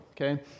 okay